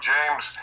James